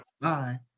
Bye